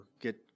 get